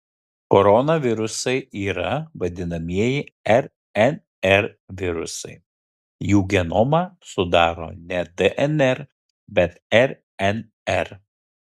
koronavirusai yra vadinamieji rnr virusai jų genomą sudaro ne dnr bet rnr